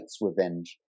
revenge